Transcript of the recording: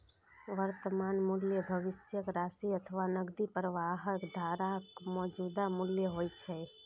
वर्तमान मूल्य भविष्यक राशि अथवा नकदी प्रवाहक धाराक मौजूदा मूल्य होइ छै